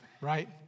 Right